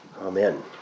Amen